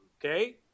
okay